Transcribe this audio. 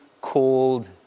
called